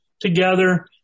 together